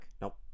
Nope